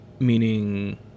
Meaning